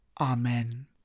Amen